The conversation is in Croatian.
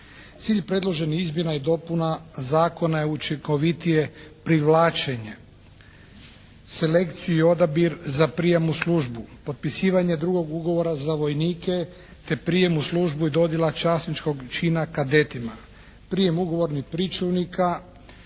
Cilj predloženih izmjena i dopuna zakona je učinkovitije privlačenje, selekciju i odabir za prijem u službu, potpisivanje drugog ugovora za vojnike te prijem u službu i dodjela časničkog čina kadetima, prijem ugovornih pričuvnika,